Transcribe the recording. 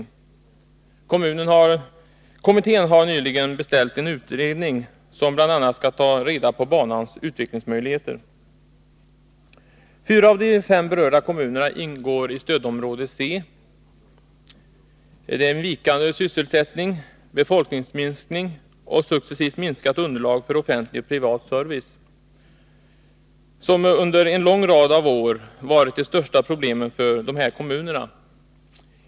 I det syftet har kommittén nyligen beställt en utredning om bl.a. banans utvecklingsmöjligheter. Fyra av de fem berörda kommunera ingår i stödområde C. Vikande sysselsättning, befolkningsminskning och successivt minskat underlag för offentlig och privat service har under en lång rad år varit de största problemen för dessa kommuner.